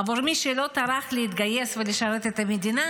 עבור מי שלא טרח להתגייס ולשרת את המדינה,